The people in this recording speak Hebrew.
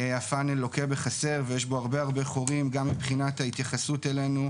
הפנל לוקה בחסר ויש בו הרבה הרבה חורים גם מבחינת ההתייחסות אלינו,